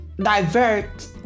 Divert